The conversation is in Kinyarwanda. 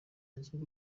gihugu